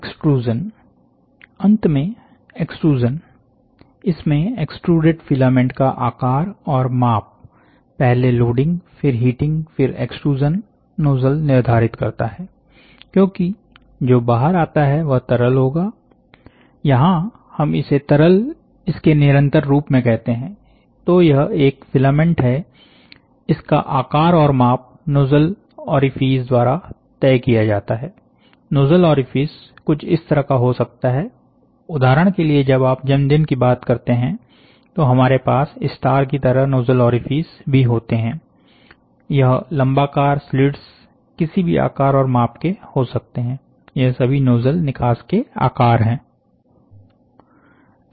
extrusion अंत में एक्सट्रूज़नइसमें एक्सट्रूडेड फिलामेंट का आकार और माप पहले लोडिंग फिर हीटिंग फिर एक्सट्रूज़न नोजल निर्धारित करता है क्योंकि जो बाहर आता है वह तरल होगा यहां हम इसे तरल इसके निरंतर रूप में कहते हैं तो यह एक फिलामेंट है इसका आकार और माप नोजल ओरिफिस द्वारा तय किया जाता है नोजल ओरिफिस कुछ इस तरह का हो सकता है उदाहरण के लिए जब आप जन्मदिन की बात करते हैं तो हमारे पास स्टार की तरह नोजल ओरिफिस भी होते हैं यह लंबाकार स्लिट्स किसी भी आकार और माप के हो सकते हैं यह सभी नोजल निकास के आकार हैं